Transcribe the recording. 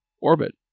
orbit